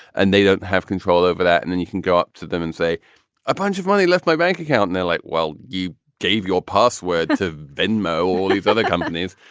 and they don't have control over that. and then and you can go up to them and say a bunch of money left my bank account. they're like, well, you gave your password to venmo or all these other companies.